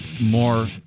more